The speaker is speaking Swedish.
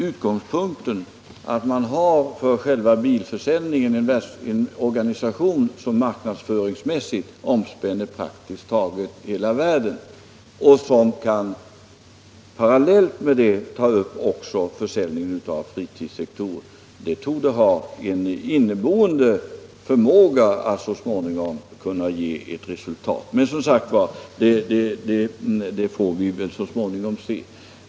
Att man — vilket är utgångspunkten — för själva bilförsäljningen har en organisation, som marknadsföringsmässigt omspänner praktiskt taget hela världen och som parallellt med bilförsäljningen kan ta upp också försäljningen av produkter från fritidssektorn, är något som torde ha en inneboende förmåga att så småningom kunna ge resultat. Men det får vi väl, som sagt, så småningom se.